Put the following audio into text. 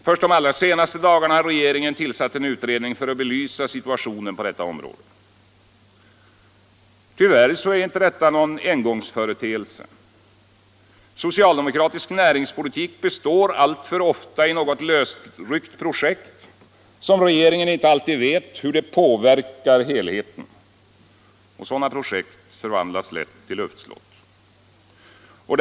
Först de allra senaste dagarna har regeringen tillsatt en utredning för att belysa situationen på detta område. Tyvärr är detta inte en engångsföreteelse. Socialdemokratisk näringspolitik består alltför ofta i något lösryckt projekt som regeringen inte alltid vet hur det påverkar helheten. Sådana projekt förvandlas lätt till luftslott.